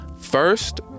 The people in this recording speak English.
First